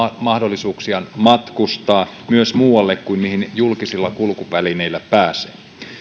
mahdollisuuksiaan matkustaa myös muualle kuin mihin julkisilla kulkuvälineillä pääsee